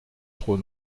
trop